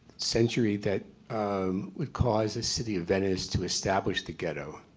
century that would cause the city of venice to establish the ghetto?